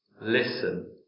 Listen